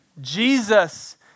Jesus